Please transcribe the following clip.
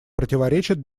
противоречит